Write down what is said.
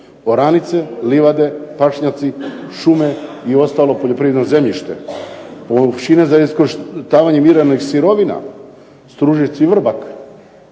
oranice, livade, pašnjaci, šume i ostalo poljoprivredno zemljište. Površine za iskorištavanje mineralnih sirovina, Stružec i Vrbak,